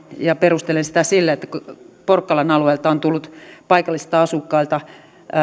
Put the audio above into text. perustelen sitä sillä että porkkalan alueelta on tullut paikallisilta asukkailta